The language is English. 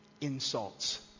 insults